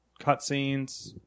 cutscenes